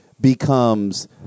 becomes